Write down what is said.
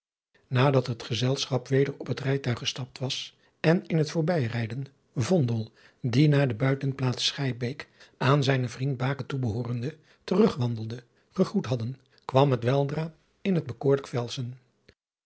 nadat het gezelschap weder op het rijtuig genstapt was en in het voorbijrijden vondel die naar de buitenplaats scheibeek aan zijnen vriend bake toebehoorende terugwandelde gegroet hadden kwam het weldra in het bekoorlijk